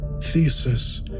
Thesis